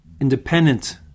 independent